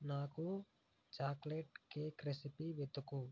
నాకు chocolate cake recipe వెతుకు